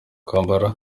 kwambara